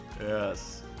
yes